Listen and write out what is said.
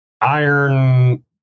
iron